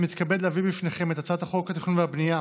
אני מתכבד להביא בפניכם את הצעת חוק התכנון והבנייה,